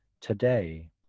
today